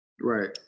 right